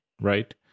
right